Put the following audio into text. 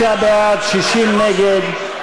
59 בעד, 60 נגד,